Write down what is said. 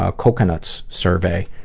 ah coconut's survey.